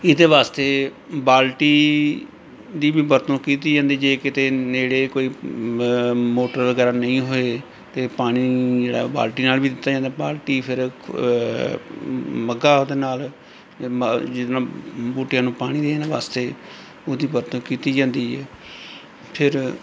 ਇਹਦੇ ਵਾਸਤੇ ਬਾਲਟੀ ਦੀ ਵੀ ਵਰਤੋਂ ਕੀਤੀ ਜਾਂਦੀ ਜੇ ਕਿਤੇ ਨੇੜੇ ਕੋਈ ਮੋਟਰ ਵਗੈਰਾ ਨਹੀਂ ਹੋਏ ਅਤੇ ਪਾਣੀ ਜਿਹੜਾ ਬਾਲਟੀ ਨਾਲ ਵੀ ਦਿੱਤਾ ਜਾਂਦਾ ਬਾਲਟੀ ਫਿਰ ਮੱਗਾਂ ਦੇ ਨਾਲ ਮ ਜਿਹਦੇ ਨਾਲ ਬੂਟਿਆਂ ਨੂੰ ਪਾਣੀ ਦੇਣ ਵਾਸਤੇ ਉਹਦੀ ਵਰਤੋਂ ਕੀਤੀ ਜਾਂਦੀ ਹੈ ਫਿਰ